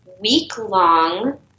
week-long